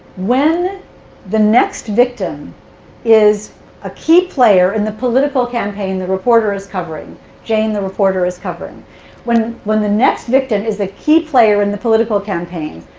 when the next victim is a key player in the political campaign the reporter is covering jane, the reporter, is covering when when the next victim is a key player in the political campaign,